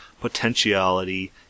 potentiality